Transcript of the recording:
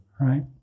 Right